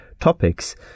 topics